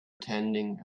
attending